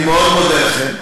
אני מאוד מודה לכם.